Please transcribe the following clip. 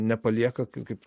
nepalieka kaip